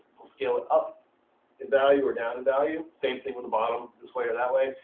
we'll scale it up in value or down in value. same thing with the bottom this way or that way.